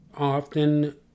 Often